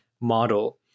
model